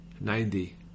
Ninety